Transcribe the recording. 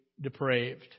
depraved